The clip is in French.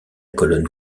colonne